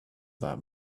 that